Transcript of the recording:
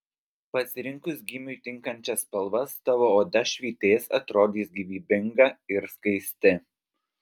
pasirinkus gymiui tinkančias spalvas tavo oda švytės atrodys gyvybinga ir skaisti